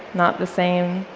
not the same.